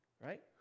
right